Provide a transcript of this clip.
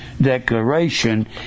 declaration